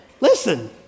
Listen